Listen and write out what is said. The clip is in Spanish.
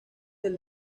del